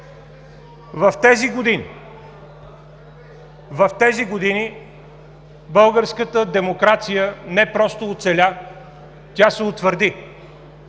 В тези години българската демокрация не просто оцеля, тя се утвърди.